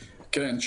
כן,